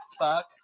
Fuck